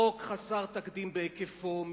חוק חסר תקדים בהיקפו,